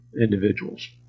individuals